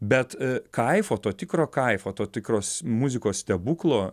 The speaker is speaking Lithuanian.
bet kaifo to tikro kaifo to tikros muzikos stebuklo